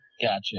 Gotcha